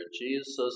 Jesus